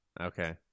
Okay